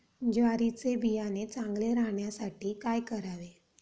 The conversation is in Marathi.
ज्वारीचे बियाणे चांगले राहण्यासाठी काय करावे?